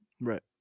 Right